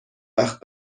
وقت